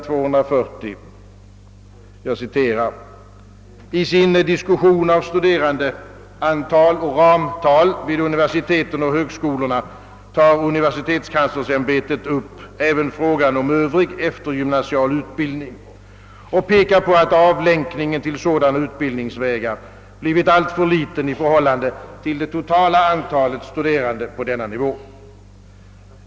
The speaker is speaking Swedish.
239—240: »I sin diskussion av studerandeantal och ramtal vid universiteten och högskolorna tar universitetskanslersämbetet upp även frågan om övrig eftergymnasial utbildning och pekar på att avlänkningen till sådana utbildningsvägar blivit alltför liten i förhållande till det totala antalet studerande på denna nivå.